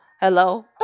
hello